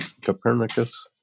Copernicus